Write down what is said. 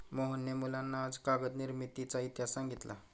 मोहनने मुलांना आज कागद निर्मितीचा इतिहास सांगितला